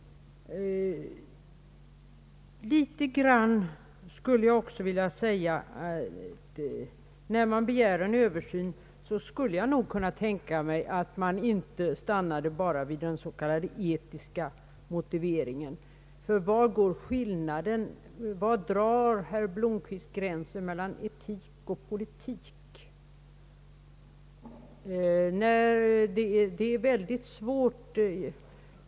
När vi begär en översyn skulle jag kunna tänka mig att man inte bara stannar för den s.k. etiska motiveringen. Var drar herr Blomquist gränsen mellan etik och politik? Det är mycket svårt att göra.